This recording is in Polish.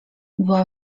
była